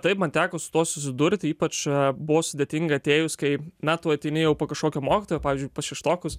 taip man teko su tuo susidurti ypač buvo sudėtinga atėjus kai na tu ateini po kažkokio mokytojo pavyzdžiui pas šeštokus